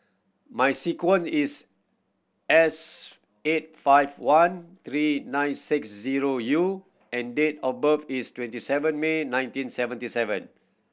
my sequence is S eight five one three nine six zero U and date of birth is twenty seven May nineteen seventy seven